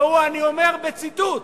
ואני אומר בציטוט: